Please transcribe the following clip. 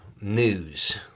news